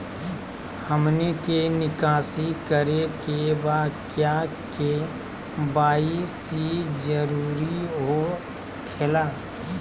हमनी के निकासी करे के बा क्या के.वाई.सी जरूरी हो खेला?